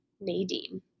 Nadine